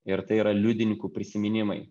ir tai yra liudininkų prisiminimai